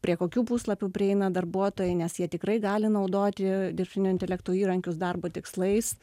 prie kokių puslapių prieina darbuotojai nes jie tikrai gali naudoti dirbtinio intelekto įrankius darbo tikslais